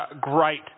great